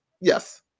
Yes